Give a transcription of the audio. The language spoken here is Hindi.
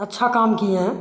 अच्छा काम किए हैं